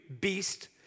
beast